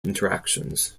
interactions